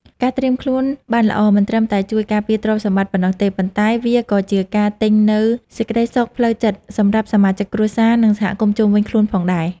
ការត្រៀមខ្លួនបានល្អមិនត្រឹមតែជួយការពារទ្រព្យសម្បត្តិប៉ុណ្ណោះទេ ប៉ុន្តែវាក៏ជាការទិញនូវសេចក្តីសុខផ្លូវចិត្តសម្រាប់សមាជិកគ្រួសារ និងសហគមន៍ជុំវិញខ្លួនផងដែរ។